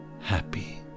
happy